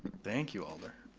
thank you alder.